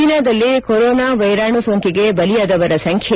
ಚೀನಾದಲ್ಲಿ ಕೊರೊನಾ ವೈರಾಣು ಸೋಂಕಿಗೆ ಬಲಿಯಾದವರ ಸಂಖ್ಯೆ